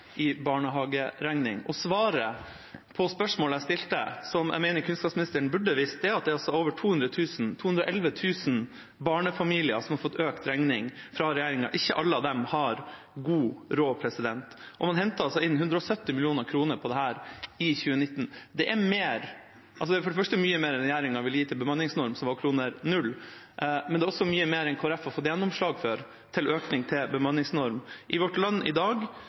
i barnehageregning. Svaret på spørsmålet jeg stilte, som jeg mener kunnskapsministeren burde visst, er at det er over 211 000 barnefamilier som har fått økt regning fra regjeringa. Ikke alle av dem har god råd. Man henter inn 170 mill. kr på dette i 2019. Det er for det første mye mer enn regjeringa ville gi til bemanningsnorm, som var kr. 0, men det er også mye mer enn Kristelig Folkeparti har fått gjennomslag for i økning til bemanningsnorm. I Vårt Land i